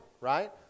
Right